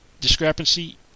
discrepancy